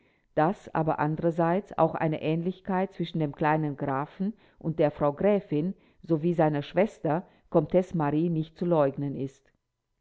daß aber andererseits auch eine ähnlichkeit zwischen dem kleinen grafen und der frau gräfin sowie seiner schwester komtesse marie nicht zu leugnen ist